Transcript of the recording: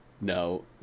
no